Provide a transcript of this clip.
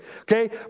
Okay